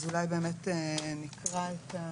אולי באמת נקרא את הנוסח.